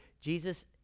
Jesus